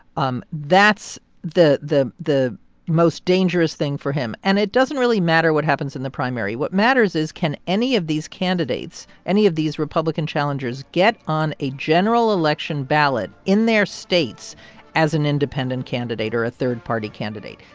um that's the the most dangerous thing for him, and it doesn't really matter what happens in the primary. what matters is, can any of these candidates candidates any of these republican challengers get on a general election ballot in their states as an independent candidate or a third-party candidate?